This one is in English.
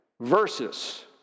versus